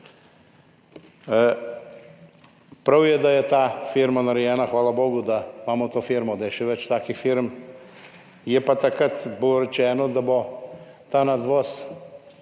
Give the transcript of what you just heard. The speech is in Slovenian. Prav je, da je ta firma narejena, hvala bogu, da imamo to firmo, da je še več takih firm, je pa bilo takrat rečeno, da bo ta nadvoz